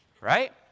right